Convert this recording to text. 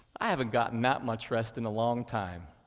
i haven't gotten that much rest in a long time,